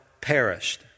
perished